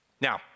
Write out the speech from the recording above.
Now